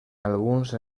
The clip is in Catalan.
alguns